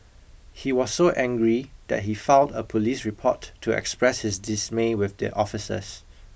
he was so angry that he filed a police report to express his dismay with the officers